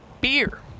beer